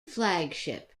flagship